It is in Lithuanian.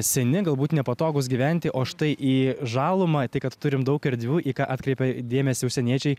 seni galbūt nepatogūs gyventi o štai į žalumą kad turim daug erdvių į ką atkreipia dėmesį užsieniečiai